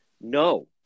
no